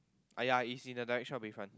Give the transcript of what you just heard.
!aiya! it's in the direction of Bayfront